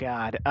God